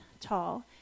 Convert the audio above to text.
tall